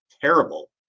terrible